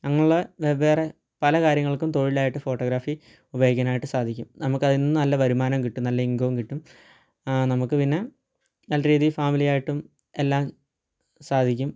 അങ്ങനെയുള്ള വെവ്വേറെ പല കാര്യങ്ങൾക്കും തൊഴിലായിട്ട് ഫോട്ടോഗ്രാഫി ഉപയോഗിക്കാനായിട്ട് സാധിക്കും നമുക്ക് അതിൽ നിന്ന് നല്ല വരുമാനം കിട്ടും നല്ല ഇൻകവും കിട്ടും നമുക്ക് പിന്നെ നല്ല രീതിയിൽ ഫാമിലി ആയിട്ടും എല്ലാം സാധിക്കും